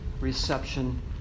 reception